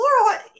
Laura